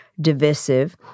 divisive